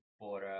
por